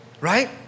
right